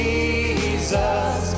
Jesus